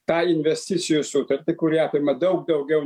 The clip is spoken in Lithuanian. tą investicijų sutartį kuri apima daug daugiau